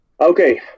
Okay